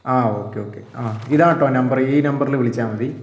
ആ okay okay ആ ഇതാണ് കേട്ടോ നമ്പറ് ഈ നമ്പറിൽ വിളിച്ചാൽ മതി